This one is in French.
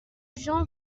jean